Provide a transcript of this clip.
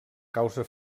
causa